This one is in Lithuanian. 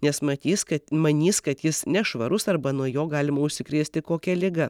nes matys kad manys kad jis nešvarus arba nuo jo galima užsikrėsti kokia liga